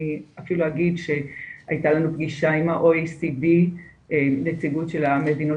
אני אפילו אגיד שהייתה לנו פגישה נציגות המדינות